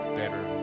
better